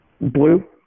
Blue